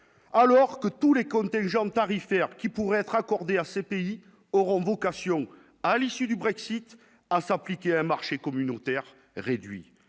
alors que tous les contingents tarifaires qui pourraient être accordées à ces pays auront vocation à l'issue du Brexit à s'impliquer un marché communautaire réduit